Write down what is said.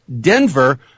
Denver